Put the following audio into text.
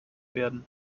werden